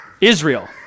Israel